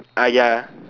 ah ya